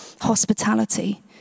hospitality